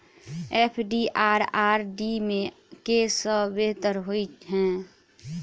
FD आ RD मे केँ सा बेहतर होइ है?